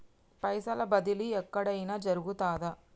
పైసల బదిలీ ఎక్కడయిన జరుగుతదా?